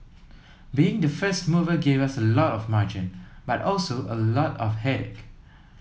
being the first mover gave us a lot of margin but also a lot of headache